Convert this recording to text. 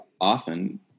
often